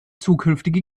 zukünftige